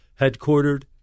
headquartered